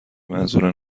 منظور